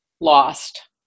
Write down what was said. lost